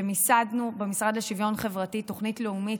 מיסדנו במשרד לשוויון חברתי תוכנית לאומית